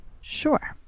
sure